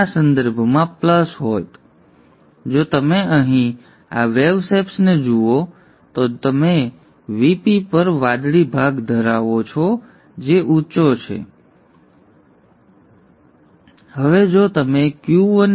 તેથી જો તમે અહીં આ વેવ શેપ્સ ને જુઓ તો તમે Vp પર વાદળી ભાગ ધરાવો છો જે ઊંચો છે પછી નીચો છે પછી ફરીથી ઉંચો અને પછી નીચો છે